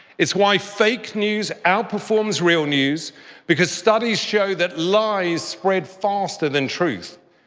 it's why fake news outperforms real news because studies show that lies spread faster than truth.